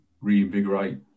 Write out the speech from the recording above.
reinvigorate